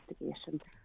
investigation